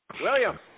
William